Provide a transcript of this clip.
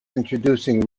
introducing